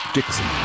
Dixon